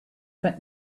but